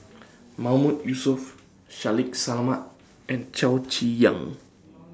Mahmood Yusof Shaffiq Selamat and Chow Chee Yong